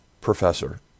Professor